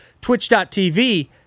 Twitch.tv